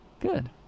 Good